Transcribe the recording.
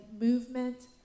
movement